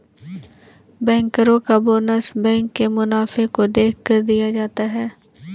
बैंकरो का bonus bank के मुनाफे को देखकर दिया जाता है